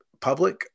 public